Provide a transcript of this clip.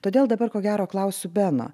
todėl dabar ko gero klausiu beno